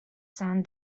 son